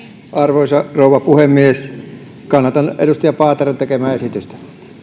arvoisa rouva puhemies kannatan edustaja paateron tekemää esitystä